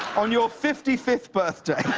on your fifty fifth birthday.